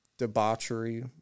debauchery